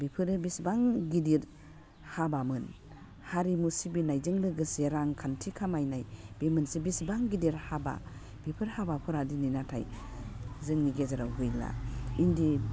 बिफोरो बेसेबां गिदिर हाबामोन हारिमु सिबिनायजों लोगोसे रांखान्थि खामायनाय बे मोनसे बेसेबां गिदिर हाबा बेफोर हाबाफोरा दिनै नाथाय जोंनि गेजेराव गैला इन्दि